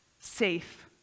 safe